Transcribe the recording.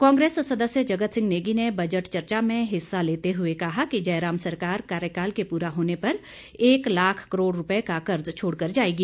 कांग्रेस सदस्य जगत सिंह नेगी ने बजट चर्चा में हिस्सा लेते हुए कहा कि जयराम सरकार के कार्यकाल के पूरा होने पर एक लाख करोड़ रूपए का कर्ज छोड़कर जाएगी